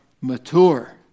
Mature